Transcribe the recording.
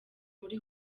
muri